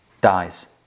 dies